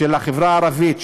של החברה הערבית,